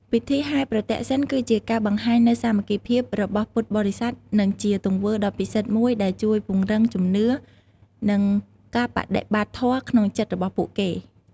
ពិធីហែរប្រទក្សិណ គឺជាការបង្ហាញនូវសាមគ្គីភាពរបស់ពុទ្ធបរិស័ទ និងជាទង្វើដ៏ពិសិដ្ឋមួយដែលជួយពង្រឹងជំនឿ និងការបដិបត្តិធម៌ក្នុងចិត្តរបស់ពួកគេ។